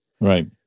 Right